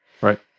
Right